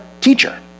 teacher